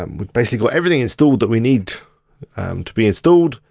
um basically got everything installed that we need to be installed,